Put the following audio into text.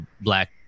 black